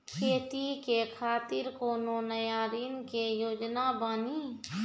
खेती के खातिर कोनो नया ऋण के योजना बानी?